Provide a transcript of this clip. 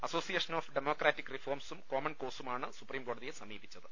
അസോസി യേഷൻ of democratic റിഫോംസും common cause മാണ് സുപ്രീംകോടതിയെ സമീപിച്ചത്